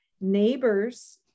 neighbors